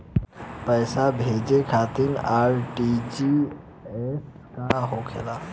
पैसा भेजे खातिर आर.टी.जी.एस का होखेला?